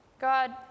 God